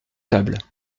tables